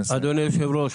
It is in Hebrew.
אדוני היושב-ראש,